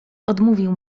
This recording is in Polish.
odmówił